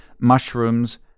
mushrooms